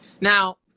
Now